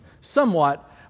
somewhat